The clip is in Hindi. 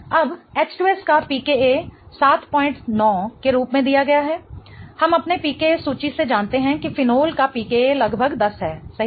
अब H2S का pKa 79 के रूप में दिया गया है हम अपने pKa सूची से जानते हैं कि फिनोल का pKa लगभग 10 है सही है